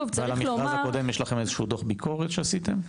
יש לכם איזשהו דוח ביקורת שעשיתם?